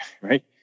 Right